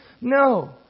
No